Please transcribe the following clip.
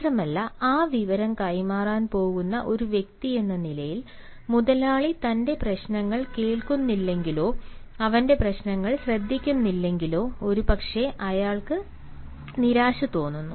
മാത്രമല്ല ആ വിവരം കൈമാറാൻ പോകുന്ന ഒരു വ്യക്തിയെന്ന നിലയിൽ മുതലാളി തന്റെ പ്രശ്നങ്ങൾ കേൾക്കുന്നില്ലെങ്കിലോ അവന്റെ പ്രശ്നങ്ങൾ ശ്രദ്ധിക്കുന്നില്ലെങ്കിലോ ഒരുപക്ഷേ അയാൾക്ക് നിരാശ തോന്നുന്നു